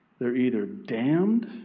they're either damned